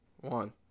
One